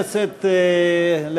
התשע"ד 2014,